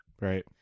Right